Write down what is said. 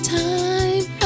time